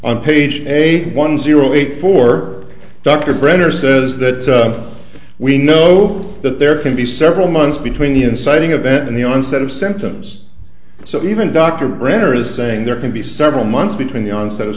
on page eight one zero eight four dr brenner says that we know that there can be several months between the inciting event and the onset of symptoms so even dr brenner is saying there can be several months between the onset of